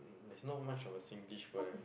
there's not much of a Singlish word leh